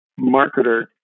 marketer